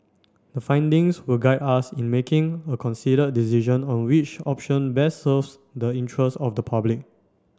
the findings will guide us in making a considered decision on which option best serves the interests of the public